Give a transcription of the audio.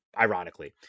ironically